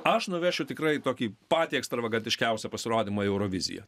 aš nuvešiu tikrai tokį patį ekstravagantiškiausią pasirodymą į euroviziją